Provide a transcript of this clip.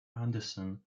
anderson